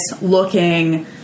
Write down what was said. looking